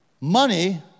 money